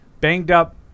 banged-up